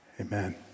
Amen